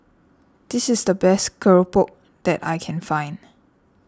this is the best Keropok that I can find